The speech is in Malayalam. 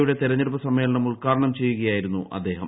യുടെ തൌര്ണ്ഞ്ഞടുപ്പ് സമ്മേളനം ഉദ്ഘാടനം ചെയ്യുക യായിരുന്നു അദ്ദേഹം